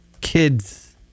Kids